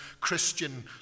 Christian